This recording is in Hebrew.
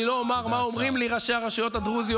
אני לא אומר מה אומרים לי ראשי הרשויות הדרוזיות